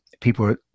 people